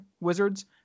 Wizards